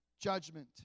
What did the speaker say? judgment